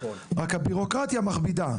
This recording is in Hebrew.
רק הבירוקרטיה מכבידה.